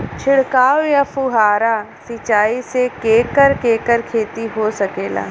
छिड़काव या फुहारा सिंचाई से केकर केकर खेती हो सकेला?